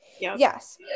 yes